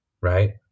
right